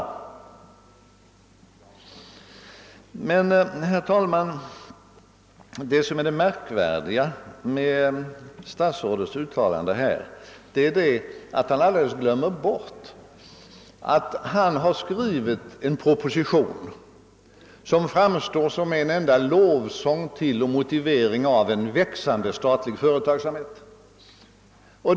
Men herr talman, det som är det märkvärdiga med statsrådets uttalande är att han alldeles glömmer bort att han skrivit en proposition som framstår som en enda lovsång till och motivering för en växande statlig företagsamhet.